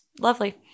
lovely